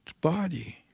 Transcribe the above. body